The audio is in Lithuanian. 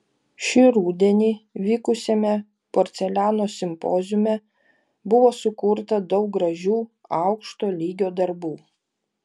šį rudenį vykusiame porceliano simpoziume buvo sukurta daug gražių aukšto lygio darbų